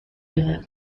بهم